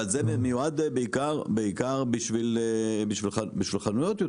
זה מיועד בעיקר בשביל חנויות,